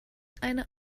eine